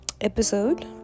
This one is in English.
episode